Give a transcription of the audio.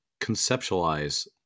conceptualize